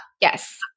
yes